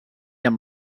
amb